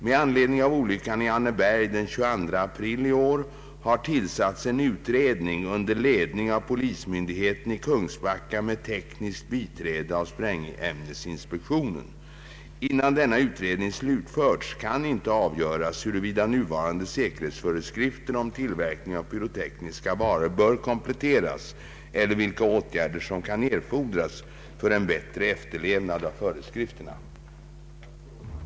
Med anledning av olyckan i Anneberg den 22 april i år har tillsatts en utredning under ledning av polismyndigheten i Kungsbacka med tekniskt biträde av sprängämnesinspektionen. Innan denna utredning slutförts kan inte avgöras om nuvarande säkerhetsföreskrifter i fråga om tillverkningen av pyrotekniska varor bör kompletteras eller vilka åtgärder som kan erfordras för en bättre efterlevnad av föreskrifterna. Som första lagutskottet framhållit i sitt av riksdagen godkända utlåtande 1969:31 är det knappast lämpligt att utöver vad som redan skett skärpa restriktionerna beträffande inköp och innehav av pyrotekniska varor.